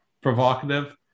provocative